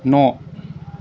न'